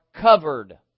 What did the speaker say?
covered